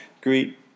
greet